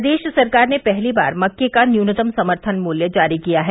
प्रदेश सरकार ने पहली बार मक्के का न्यूनतम समर्थन मूल्य जारी किया है